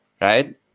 Right